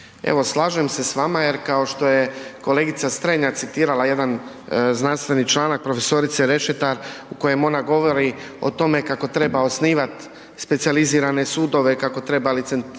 slažem se s vama jer kao što je kolegica Strenja citirala jedan znanstveni članak profesorice Rešetar u kojem ona govori o tome kako treba osnivati specijalizirane sudove, kako treba licencirati